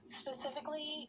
specifically